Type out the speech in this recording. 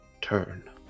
Turn